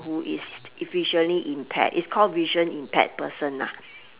who is visually impaired it's called vision impaired person lah